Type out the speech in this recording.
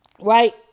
Right